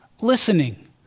Listening